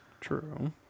True